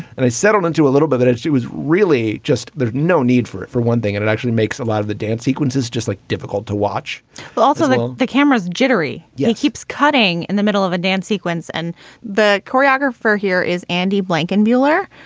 and i settled into a little bit that she was really just there's no need for it, for one thing. and it actually makes a lot of the dance sequences just like difficult to watch, but also that the camera's jittery yeah. keeps cutting in the middle of a dance sequence and the choreographer here is andy blanken mueller,